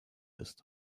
ist